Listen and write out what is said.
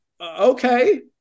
okay